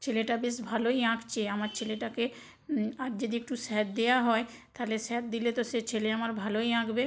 ছেলেটা বেশ ভালোই আঁকছে আমার ছেলেটাকে আর যদি একটু স্যার দেওয়া হয় তাহলে স্যার দিলে তো সেই ছেলে আমার ভালোই আঁকবে